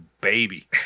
baby